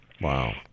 Wow